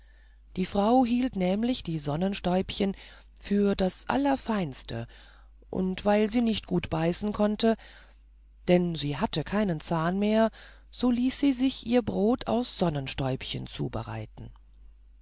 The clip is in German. die frau hielt nämlich die sonnenstäubchen für das allerfeinste und weil sie nicht gut beißen konnte denn sie hatte keinen zahn mehr so ließ sie sich ihr brot aus sonnenstäubchen zubereiten